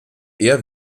eher